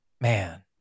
Man